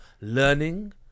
learning